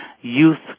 youth